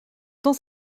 dans